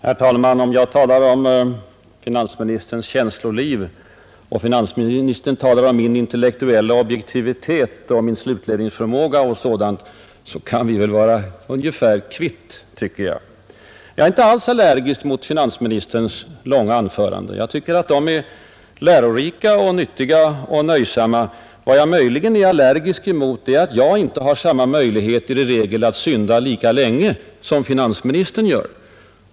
Herr talman! Om jag talar om finansministerns känsloliv och finansministern talar om min intellektuella objektivitet, slutledningsförmåga och liknande kan vi väl vara ungefär kvitt tycker jag. Jag är inte alls allergisk mot finansministerns långa anföranden. Jag tycker de är lärorika, nyttiga och nöjsamma. Vad jag möjligen är allergisk mot är att jag i regel inte har samma möjlighet att synda lika länge som finansministern gör.